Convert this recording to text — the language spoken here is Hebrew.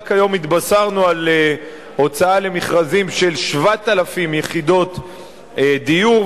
רק היום התבשרנו על הוצאה למכרזים של 7,000 יחידות דיור,